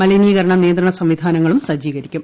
മലിനീകരണ നിയന്ത്രണ സംവിധാനങ്ങളും സജ്ജീകരിക്കും